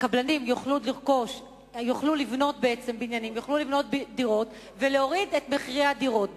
הקבלנים יוכלו לבנות בניינים ודירות ולהוריד את מחירי הדירות,